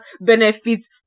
benefits